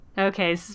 Okay